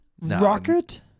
Rocket